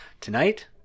tonight